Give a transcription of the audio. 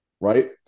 right